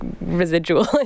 residual